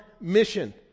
mission